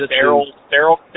Daryl